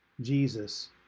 Jesus